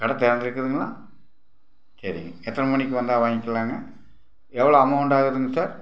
கடை திறந்துருக்குதுங்களா சரிங்க எத்தனை மணிக்கு வந்தால் வாங்கிக்கலாங்க எவ்வளோ அமௌண்டு ஆகுதுங்க சார்